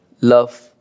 love